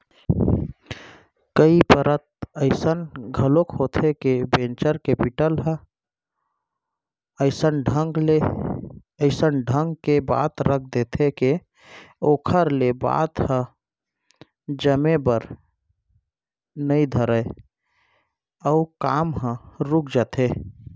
कई परत अइसन घलोक होथे के वेंचर कैपिटल ह अइसन ढंग के बात रख देथे के ओखर ले बात ह जमे बर नइ धरय अउ काम ह रुक जाथे